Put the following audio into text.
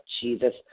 Jesus